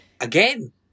again